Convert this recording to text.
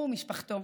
הוא ומשפחתו,